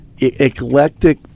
eclectic